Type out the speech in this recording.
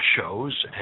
shows